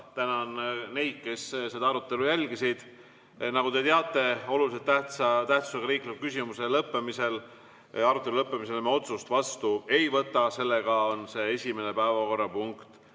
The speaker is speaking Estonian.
Tänan neid, kes seda arutelu jälgisid. Nagu te teate, olulise tähtsusega riikliku küsimuse arutelu lõppemisel me otsust vastu ei võta, seega on esimene päevakorrapunkt